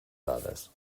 dades